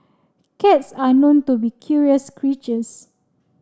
cats are known to be curious creatures